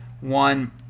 one